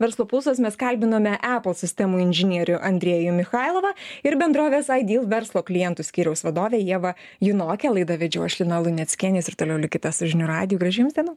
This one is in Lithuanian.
verslo pulsas mes kalbinome apple sistemų inžinierių andrejų michailovą ir bendrovės ideal verslo klientų skyriaus vadovę ievą junokę laidą vedžiau aš lina luneckienės ir toliau likite su žinių radijugražių jums dienų